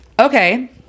Okay